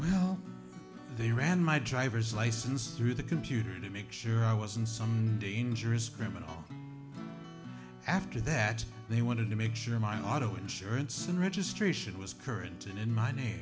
serve they ran my driver's license through the computer to make sure i wasn't some dangerous criminal after that they wanted to make sure my auto insurance and registration was current in my name